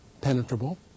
penetrable